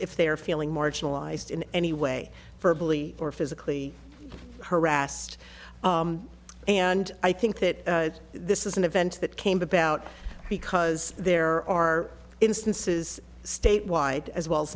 if they are feeling marginalized in any way for bully or physically harassed and i think that this is an event that came about because there are instances statewide as well as